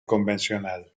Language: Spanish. convencional